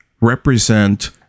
represent